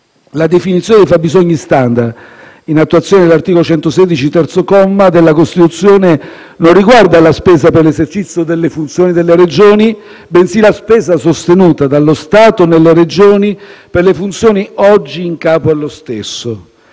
La definizione dei fabbisogni *standard*, in attuazione dell'articolo 116, terzo comma della Costituzione, non riguarda la spesa per l'esercizio delle funzioni delle Regioni, bensì la spesa sostenuta dallo Stato nelle Regioni per le funzioni oggi in capo allo stesso.